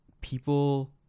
people